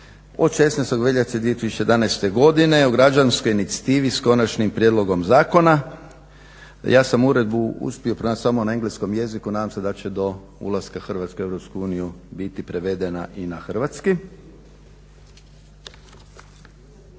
od 16. veljače 2011. godine o građanskoj inicijativi s konačnim prijedlogom zakona. Ja sam uredbu uspio pronaći samo na engleskom jeziku, a nadam se da će do ulaska Hrvatske u EU biti prevedena i na hrvatski.